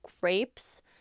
grapes